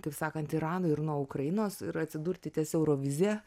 kaip sakant irano ir nuo ukrainos ir atsidurti ties eurovizija